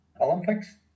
Olympics